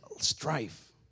strife